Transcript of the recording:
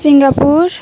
Singapore